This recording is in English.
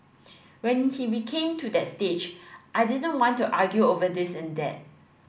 when came to that stage I didn't want to argue over this and that